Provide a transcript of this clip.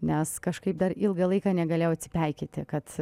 nes kažkaip dar ilgą laiką negalėjau atsipeikėti kad